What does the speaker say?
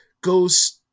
goes